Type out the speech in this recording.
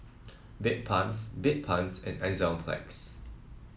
Bedpans Bedpans and Enzyplex